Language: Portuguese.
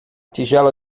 tigela